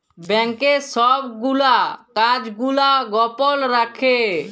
ব্যাংকের ছব গুলা কাজ গুলা গপল রাখ্যে